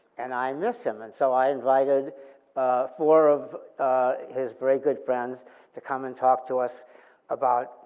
and i miss him, and so i invited four of his very good friends to come and talk to us about